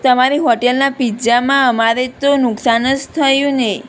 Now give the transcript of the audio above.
તમારી હોટેલના પીઝામાં અમારે તો નુકસાન જ થયું ને